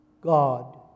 God